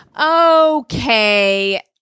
Okay